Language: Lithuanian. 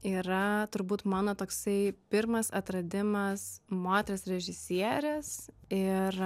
yra turbūt mano toksai pirmas atradimas moters režisierės ir